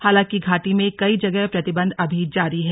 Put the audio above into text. हालांकि घाटी में कई जगह प्रतिबंध अभी जारी है